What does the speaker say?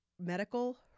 medical